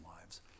lives